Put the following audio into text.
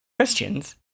Christians